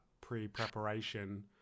pre-preparation